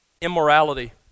immorality